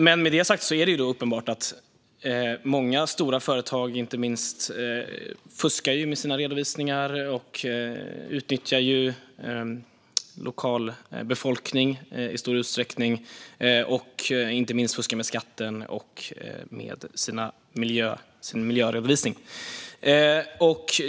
Men med det sagt är det uppenbart att många - inte minst stora företag - fuskar med sina redovisningar, utnyttjar lokalbefolkningen i stor utsträckning och fuskar med skatten och miljöredovisningen.